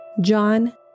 John